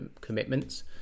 commitments